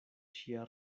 ŝia